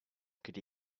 could